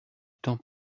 temps